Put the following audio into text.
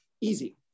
easy